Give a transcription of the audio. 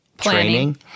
training